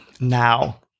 now